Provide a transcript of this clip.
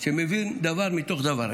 שמבין דבר מתוך דבר.